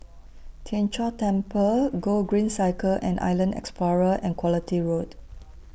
Tien Chor Temple Gogreen Cycle and Island Explorer and Quality Road